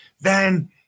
Then-